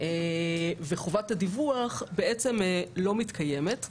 וחובת הדיווח בעצם לא מתקיימת.